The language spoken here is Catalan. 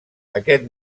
aquest